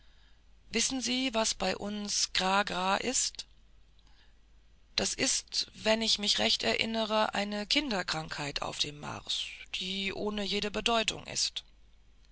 wissen sie was bei uns gragra ist das ist wenn ich mich recht erinnere eine kinderkrankheit auf dem mars die ohne jede bedeutung ist